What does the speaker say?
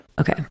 Okay